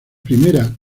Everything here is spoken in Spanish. primavera